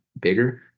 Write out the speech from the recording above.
bigger